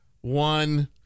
one